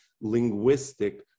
linguistic